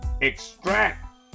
extract